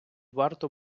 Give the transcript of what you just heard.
варто